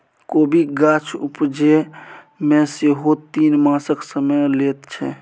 कोबीक गाछ उपजै मे सेहो तीन मासक समय लैत छै